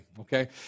okay